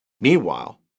Meanwhile